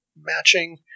matching